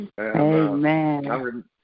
Amen